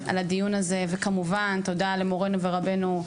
הדיון הזה; וכמובן, תודה למורנו ורבנו,